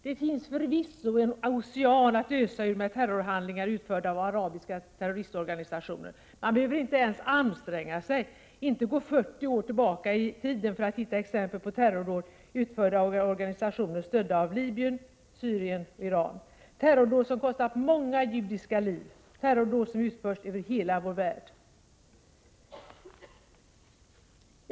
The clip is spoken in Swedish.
Det finns förvisso en ocean att ösa ur med terrorhandlingar utförda av arabiska terroristorganisationer. Man behöver inte ens anstränga sig eller gå 40 år tillbaka i tiden för att hitta exempel på terrordåd utförda av organisationer stödda av Libyen, Syrien och Iran — terrordåd som kostat många judiska liv, terrordåd som utförts över hela vår värld.